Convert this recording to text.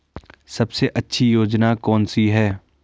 सबसे अच्छी योजना कोनसी है?